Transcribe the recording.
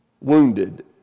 Wounded